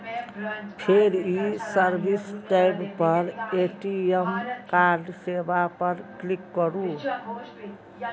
फेर ई service tab पर ए.टी.एम कार्ड सेवा पर क्लिक करू